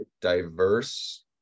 diverse